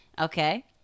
Okay